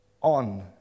on